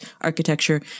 architecture